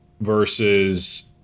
versus